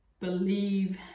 believe